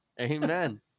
Amen